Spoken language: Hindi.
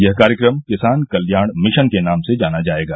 यह कार्यक्रम किसान कल्याण मिशन के नाम से जाना जाएगा